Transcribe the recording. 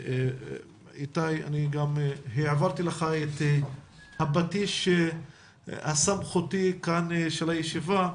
איתי, העברתי לך את הפטיש הסמכותי של הישיבה,